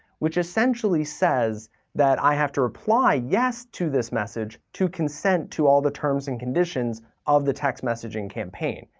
which essentially says that i have to reply yes, to this message to consent to all the terms and conditions of the text messaging campaign,